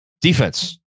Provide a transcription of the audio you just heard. Defense